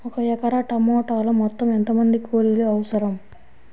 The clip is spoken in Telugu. ఒక ఎకరా టమాటలో మొత్తం ఎంత మంది కూలీలు అవసరం?